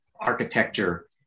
architecture